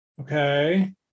Okay